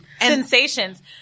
Sensations